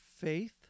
faith